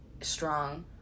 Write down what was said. strong